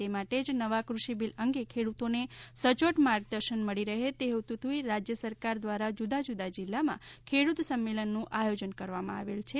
તે માટે જ નવા કૃષિ બિલ અંગે ખેડૂતોને સચોટ માર્ગદર્શન મળી રહી તે હેતુથી રાજ્ય સરકાર દ્વારા જુદા જુદા જિલ્લામાં ખેડૂત સંમેલનનું આયોજન કરવામાં આવેલ છે